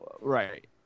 right